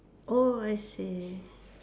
oh I see